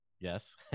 Yes